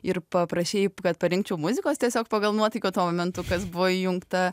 ir paprašei kad parinkčiau muzikos tiesiog pagal nuotaiką tuo momentu kas buvo įjungta